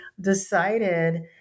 decided